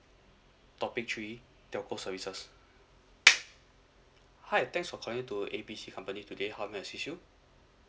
topic three telco services hi thanks for calling to A B C company today how may I assist you